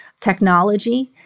technology